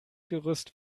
gerüst